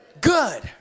good